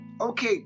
okay